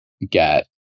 get